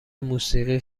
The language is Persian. موسیقی